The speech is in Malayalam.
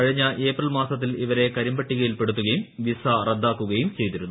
കഴിഞ്ഞ ഏപ്രിൽ മാസത്തിൽ ഇവരെ കരിമ്പട്ടികയിൽ പെടുത്തുകയും വിസ റദ്ദാക്കുകയും ചെയ്തിരുന്നു